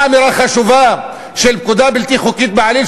אמירה חשובה של פקודה בלתי חוקית בעליל,